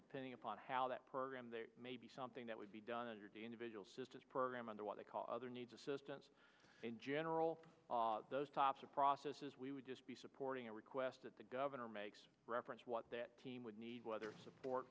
the pending upon how that program there may be something that would be done under the individual systems program under what they call other needs assistance in general those types of processes we would just be supporting a request that the governor makes reference what that team would need whether support